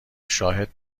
شاهد